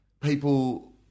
people